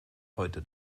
heute